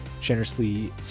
generously